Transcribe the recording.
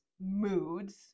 moods